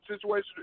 situation